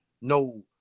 no